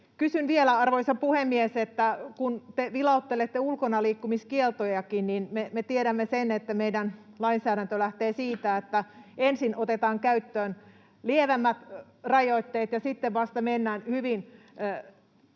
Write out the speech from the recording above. kysyn vielä, arvoisa puhemies, että kun te vilauttelette ulkonaliikkumiskieltojakin, niin me tiedämme sen, että meidän lainsäädäntö lähtee siitä, että ensin otetaan käyttöön lievemmät rajoitteet ja sitten vasta mennään